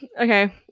okay